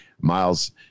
Miles